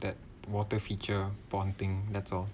that water feature pond thing that's all